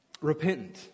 repentant